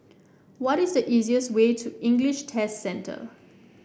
what is the easiest way to English Test Centre